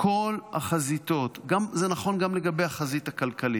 בכל החזיתות, זה נכון גם לגבי החזית הכלכלית.